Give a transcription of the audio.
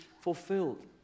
fulfilled